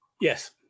Yes